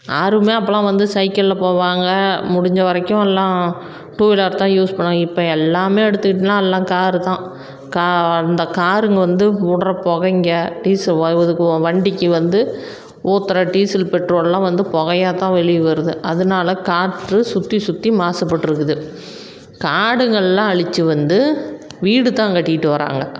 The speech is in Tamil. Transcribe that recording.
யாருமே அப்போலாம் வந்து சைக்கிளில் போவாங்க முடிஞ்ச வரைக்கும் எல்லாம் டூவீலர் தான் யூஸ் பண்ணுவாங்க இப்போ எல்லாமே எடுத்துக்கிட்டின்னா எல்லாம் காரு தான் கா அந்த காருங்க வந்து விட்ற புகைங்க டீசல்ங்க ஒதுக்குவோம் வண்டிக்கு வந்து ஊத்துற டீசல் பெட்ரோல் எல்லாம் வந்து புகையாதான் வெளியே வருது அதனால காற்று சுற்றி சுற்றி மாசுபட்டுருக்குது காடுகள் எல்லாம் அழிச்சு வந்து வீடு தான் கட்டிகிட்டு வர்றாங்க